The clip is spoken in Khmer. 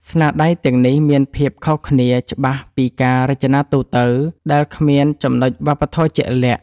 ស្នាដៃទាំងនេះមានភាពខុសគ្នាច្បាស់ពីការរចនាទូទៅដែលគ្មានចំណុចវប្បធម៌ជាក់លាក់។